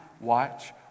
watch